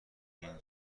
این